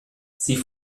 sie